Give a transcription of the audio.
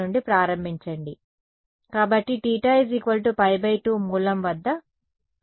కాబట్టి θ π2 మూలం వద్ద ఆ పాయింట్ ఎక్కడ ఉంది